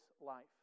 life